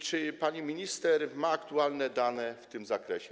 Czy pani minister ma aktualne dane w tym zakresie?